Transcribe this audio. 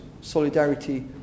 solidarity